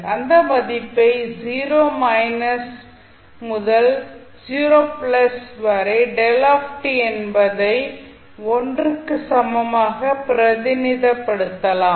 அந்த மதிப்பை 0 மைனஸ் முதல் 0 ப்ளஸ் வரை என்பதை 1 க்கு சமமாக பிரதிநிதித்துவப்படுத்தலாம்